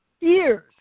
years